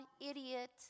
idiot